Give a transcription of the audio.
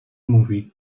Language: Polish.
mówi